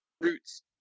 Roots